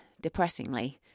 depressingly